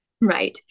right